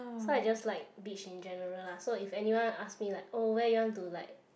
so I just like beach in general lah so if anyone ask me like oh where you want to like